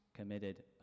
Committed